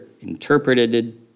interpreted